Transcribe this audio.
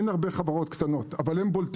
אין שם הרבה חברות קטנות, אבל הם בולטים.